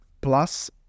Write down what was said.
plus